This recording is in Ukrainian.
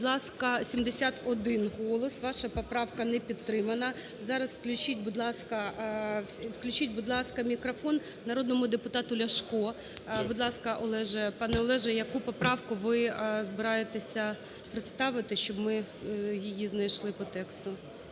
Будь ласка, 71 голос. Ваша поправка не підтримана. Зараз включіть, будь ласка, включіть, будь ласка, мікрофон народному депутату Ляшку. Будь ласка, Олеже, пане Олеже, яку поправку ви збираєтеся представити, щоб ми її знайшли по тексту?